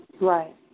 right